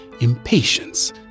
impatience